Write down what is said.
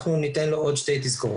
אנחנו ניתן לו עוד שתי תזכורות.